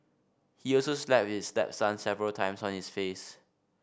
he also slapped his stepson several times on his face